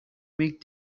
make